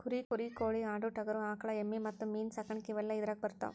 ಕುರಿ ಕೋಳಿ ಆಡು ಟಗರು ಆಕಳ ಎಮ್ಮಿ ಮತ್ತ ಮೇನ ಸಾಕಾಣಿಕೆ ಇವೆಲ್ಲ ಇದರಾಗ ಬರತಾವ